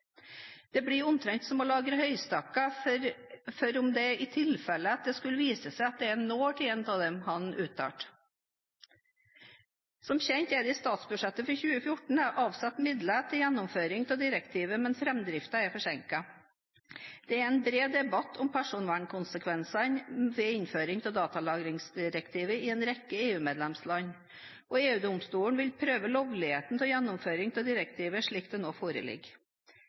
«Det blir som å lagre høystakker for det tilfelle at det skulle vise seg at det er en nål i én av dem.» Som kjent er det i statsbudsjettet for 2014 avsatt midler til gjennomføring av direktivet, men framdriften er forsinket. Det er en bred debatt om personvernkonsekvensene ved innføringen av Datalagringsdirektivet i en rekke EU-medlemsland, og EU-domstolen vil prøve lovligheten av gjennomføring av direktivet slik det nå foreligger.